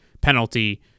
penalty